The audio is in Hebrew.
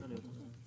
(מקריא)